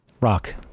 Rock